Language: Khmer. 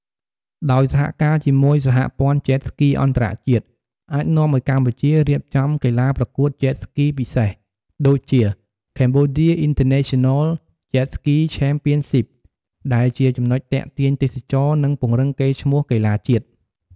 ដោយសហការជាមួយសហព័ន្ធ Jet Ski អន្តរជាតិ អាចនាំឱ្យកម្ពុជា រៀបចំកីឡាប្រកួត Jet Ski ពិសេស ដូចជា “Cambodia International Jet Ski Championship” ដែលជាចំណុចទាក់ទាញទេសចរណ៍ និងពង្រឹងកេរ្តិ៍ឈ្មោះកីឡាជាតិ។